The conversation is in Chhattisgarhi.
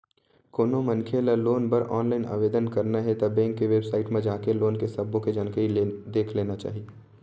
कोनो मनखे ल लोन बर ऑनलाईन आवेदन करना हे ता बेंक के बेबसाइट म जाके लोन के सब्बो के जानकारी देख लेना चाही